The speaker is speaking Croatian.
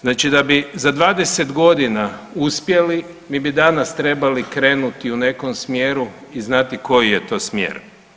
Znači da bi za 20 godina uspjeli mi bi danas trebali krenut u nekom smjeru i znati koji je to smjer.